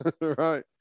Right